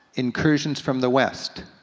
incursions from the west,